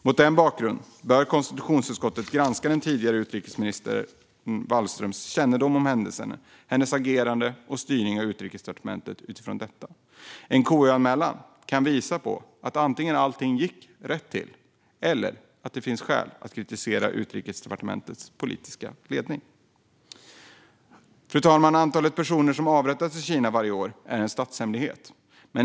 Mot denna bakgrund bör konstitutionsutskottet granska tidigare utrikesminister Wallströms kännedom om händelserna och hennes agerande och styrning av Utrikesdepartementet utifrån detta. En KU-anmälan kan antingen visa att allt gick rätt till eller att det finns skäl att kritisera Utrikesdepartementets politiska ledning. Fru talman! Hur många personer som avrättas i Kina varje år är en statshemlighet.